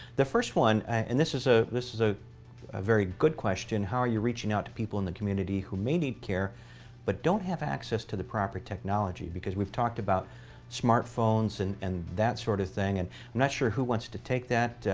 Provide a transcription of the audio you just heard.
the first one and this is ah this is a very good question how are you reaching out the people in the community who may need care but don't have access to the proper technology? because we've talked about smartphones and and that sort of thing. and i'm not sure who wants to take that,